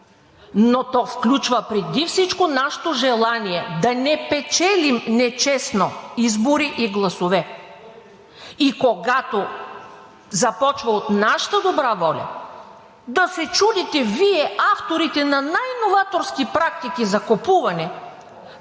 но то включва преди всичко нашето желание да не печелим нечестно избори и гласове. И когато започва от нашата добра воля, да се чудите Вие, авторите на най-новаторски практики за купуване,